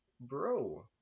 Bro